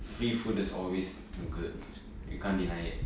free food is always good you can't deny it